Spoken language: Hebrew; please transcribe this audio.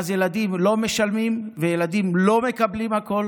ואז ילדים לא משלמים וילדים לא מקבלים הכול